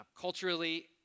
culturally